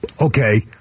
okay